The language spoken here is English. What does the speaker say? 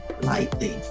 lightly